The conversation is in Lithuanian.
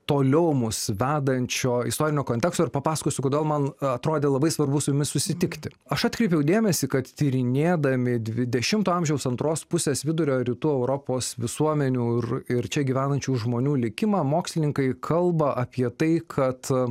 toliau mus vedančio istorinio konteksto ir papasakosiu kodėl man atrodė labai svarbu su jumis susitikti aš atkreipiau dėmesį kad tyrinėdami dvidešimto amžiaus antros pusės vidurio rytų europos visuomenių ir ir čia gyvenančių žmonių likimą mokslininkai kalba apie tai kad